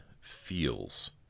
feels